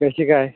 कशी काय